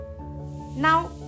Now